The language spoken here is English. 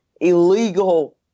illegal